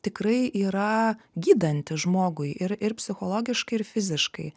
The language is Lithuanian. tikrai yra gydanti žmogui ir ir psichologiškai ir fiziškai